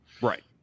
right